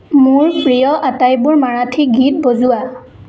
মোৰ প্ৰিয় আটাইবোৰ মাৰাঠী গীত বজোৱা